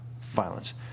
violence